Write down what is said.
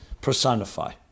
personify